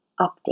update